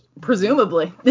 Presumably